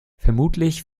vermutlich